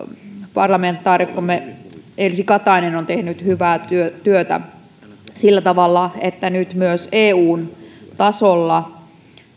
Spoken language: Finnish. parlamentaarikkomme elsi katainen on tehnyt hyvää työtä sillä tavalla että nyt myös eun tasolla